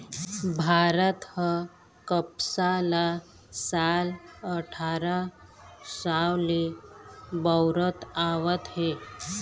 भारत ह कपसा ल साल अठारा सव ले बउरत आवत हे